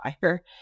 fire